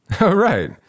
Right